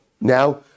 Now